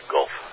Gulf